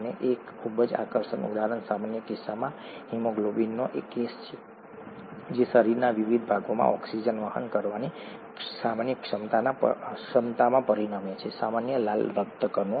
અને એક ખૂબ જ આકર્ષક ઉદાહરણ સામાન્ય કિસ્સામાં હિમોગ્લોબિનનો કેસ છે જે શરીરના વિવિધ ભાગોમાં ઓક્સિજન વહન કરવાની સામાન્ય ક્ષમતામાં પરિણમે છે સામાન્ય લાલ રક્તકણો